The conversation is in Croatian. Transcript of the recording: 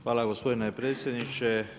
Hvala gospodine predsjedniče.